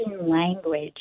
language